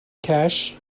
cash